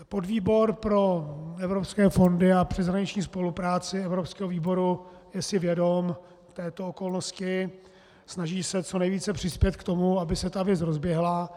Podvýbor pro evropské fondy a přeshraniční spolupráci evropského výboru je si vědom této okolnosti, snaží se co nejvíce přispět k tomu, aby se ta věc rozběhla.